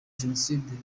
jenoside